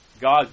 God